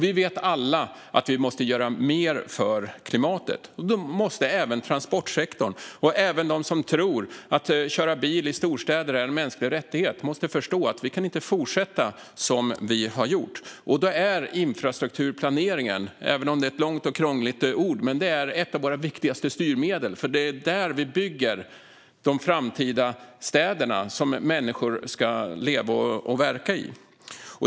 Vi vet alla att vi måste göra mer för klimatet, och då måste även transportsektorn och de som tror att det är en mänsklig rättighet att köra bil i storstäder förstå att vi inte kan fortsätta som vi har gjort. Då är infrastrukturplaneringen - även om det är ett långt och krångligt ord - ett av våra viktigaste styrmedel, för det är där vi bygger de framtida städer som människor ska leva och verka i.